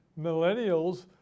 millennials